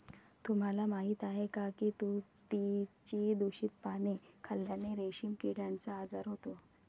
तुम्हाला माहीत आहे का की तुतीची दूषित पाने खाल्ल्याने रेशीम किड्याचा आजार होतो